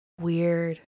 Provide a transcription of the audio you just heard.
Weird